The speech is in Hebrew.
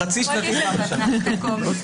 יש פסיקה וזו מחשבה